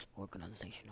organizational